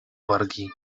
wargi